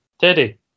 Teddy